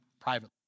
privately